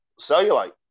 cellulite